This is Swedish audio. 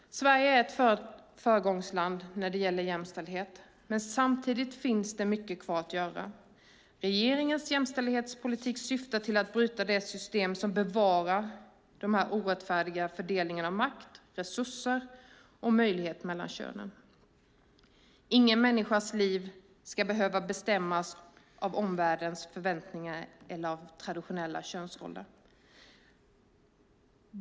Sverige är ett föregångsland när det gäller jämställdhet, men samtidigt finns det mycket kvar att göra. Regeringens jämställdhetspolitik syftar till att bryta de system som bevarar en orättfärdig fördelning av makt, resurser och möjligheter mellan könen. Ingen människas liv ska behöva bestämmas av omvärldens förväntningar eller av traditionella könsroller.